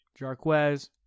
Jarquez